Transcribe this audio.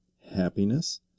happiness